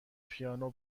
پیانو